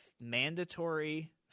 mandatory